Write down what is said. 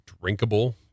drinkable